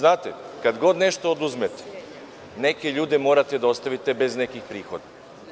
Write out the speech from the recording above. Dakle, kada god nešto oduzmete neke ljude morate da ostavite bez nekih prihoda.